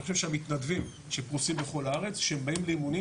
אני חושב שהמתנדבים שפרוסים בכל הארץ כשהם באים לאימונים,